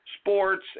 sports